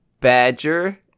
badger